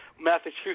Massachusetts